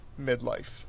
midlife